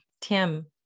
Tim